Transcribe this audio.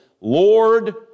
Lord